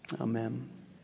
amen